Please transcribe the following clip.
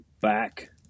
back